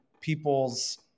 people's